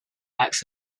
acts